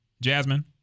Jasmine